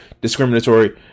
discriminatory